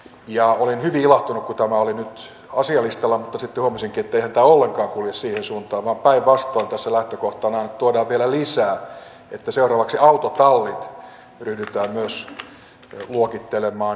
olin hyvin ilahtunut kun tämä oli nyt asialistalla mutta sitten huomasinkin etteihän tämä ollenkaan kulje siihen suuntaan vaan päinvastoin tässä lähtökohtana on että tuodaan vielä lisää että seuraavaksi myös autotallit ryhdytään luokittelemaan